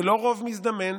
זה לא רוב מזדמן,